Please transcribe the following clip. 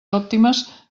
òptimes